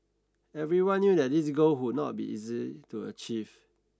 everyone knew that this goal would not be easy to achieve